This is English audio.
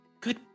Good